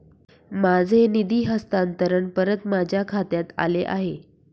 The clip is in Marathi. माझे निधी हस्तांतरण परत माझ्या खात्यात आले आहे